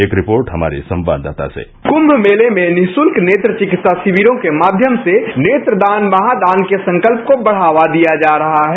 एक रिपोर्ट हमारे संवाददाता से कुंम मेले में निशुल्क नेत्र चिकित्सा शिविरों के माध्यम से नेत्रदान महादान के संकल्प को बढ़ावा दिया जा रहा है